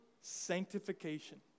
sanctification